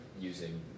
using